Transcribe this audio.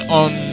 on